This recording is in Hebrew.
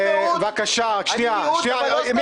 אני מיעוט, אבל לא סתם מיעוט.